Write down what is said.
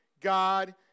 God